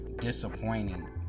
disappointing